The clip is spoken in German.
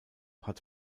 hat